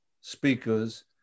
speakers